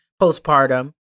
postpartum